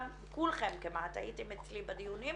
כולכם כמעט הייתם אצלי בדיונים,